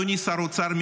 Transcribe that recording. אדוני שר האוצר,